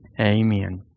Amen